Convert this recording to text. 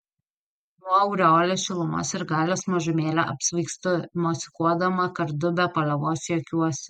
nuo aureolės šilumos ir galios mažumėlę apsvaigstu mosikuodama kardu be paliovos juokiuosi